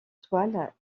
toile